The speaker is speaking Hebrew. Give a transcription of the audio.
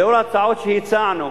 לאור ההצעות שהצענו,